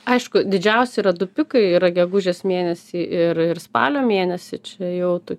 aišku didžiausi yra du pikai yra gegužės mėnesį ir ir spalio mėnesį čia jau tu